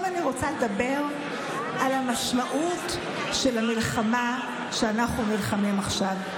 עכשיו אני רוצה לדבר על המשמעות של המלחמה שאנחנו נלחמים עכשיו.